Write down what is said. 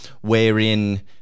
wherein